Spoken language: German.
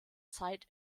zeit